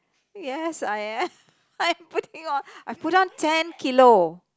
yes I am I'm putting on I put on ten kilo